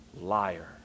liar